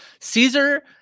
Caesar